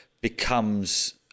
becomes